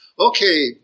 okay